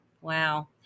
Wow